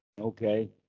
Okay